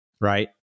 right